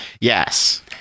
Yes